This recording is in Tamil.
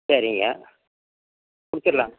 சரிங்க கொடுத்துர்லாங்க